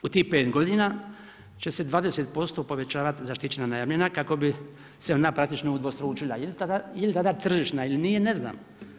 U tih 5 godina će se 20% povećavati zaštićena najamnina kako bi se ona praktično udvostručila, jel' tada tržišna ili nije, ne znam.